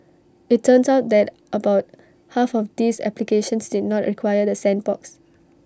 IT turns out that about half of these applications did not require the sandbox